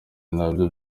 nabyo